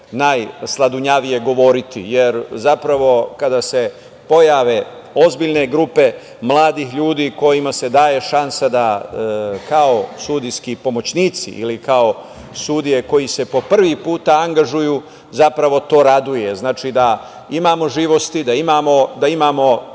najsladunjavije govoriti, jer zapravo kada se pojave ozbiljne grupe mladih ljudi, kojima se daje šansa da, kao sudijski pomoćnici, ili kao sudije koji se po prvi put angažuju, zapravo to raduje. Znači, da imamo živosti, da imamo